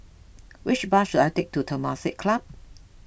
which bus should I take to Temasek Club